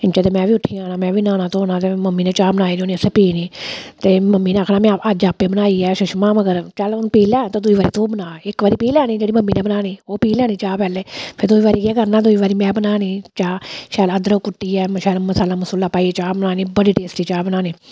इन्ना चिर ते में बी उट्ठी जाना में बी न्हाना धोना ते मम्मी ने चाह् बनाई दी होनी असें पीनी ते मम्मी ने आखना में अज्ज आपै बनाई सुषमा मगर चल हून पी लै ते दुई बारी तू बना इक बारी पी लैनी जेह्ड़ी मम्मी ने बनानी ओह् पी लैनी चाह् पैह्ले फिर दूई बारी केह् करना में बनानी चाह् शैल अदरक कुट्टियै शैल मसाला मसूला पाइयै चाह् बनानी बड़ी टेस्टी चाह् बनानी